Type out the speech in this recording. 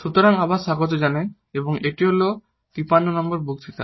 সুতরাং আবার স্বাগত জানাই এবং এটি হল 53 নম্বর বক্তৃতা